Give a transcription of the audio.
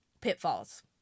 pitfalls